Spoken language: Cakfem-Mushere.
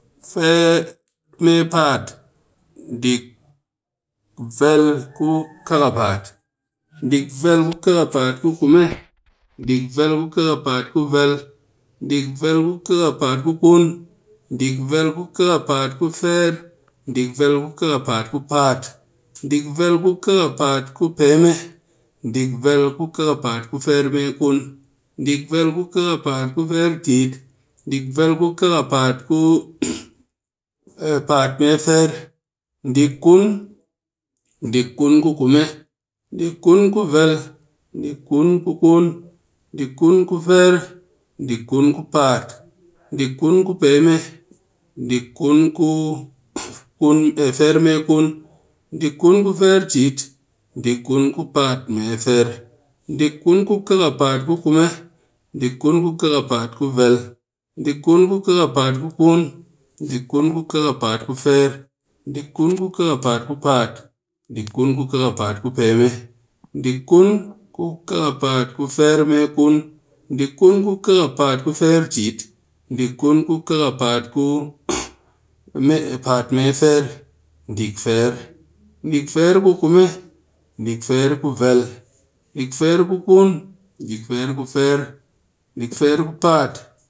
mee paat, dik vel ku kakapaat. dik vel ku kakapaat ku kume, dik vel ku kakapat ku kume, dik vel ku kakapaat ku kun, dik vek vel ku kakapaat ku feer, dik vel ku kakapaat ku paat, dik vel ku kakapaat ku peme, dik vel ku kakapaat ku feer mee kun, dik vel ku kakapaat ku feer tit, ku paat mee feer, dik kun, dik kun ku kume, dik kun ku vel, dik kun ku kun, dik kun ku feer, dik kun ku paat, dik kun ku peme, dik kun ku ku, feer mee kun. dik kun ku feer tit, dik kun ku paat mee me feer, dik kun ku kakapaat ku kume, dik kun ku kakapaat ku vel, dik kun ku kakapaat ku feer, dik kun ku kakapaat ku paat, dik kun ku kakapaat ku peme, dik kun ku kakapaat ku feer mee kun, dik kun ku kakapaat ku feer tit, dik kun ku kakapaat ku paat mee feer, dik feer, dik feer ku kume, dik feer ku vel dik feer ku kun, dik feer ku feer, dik feer ku paat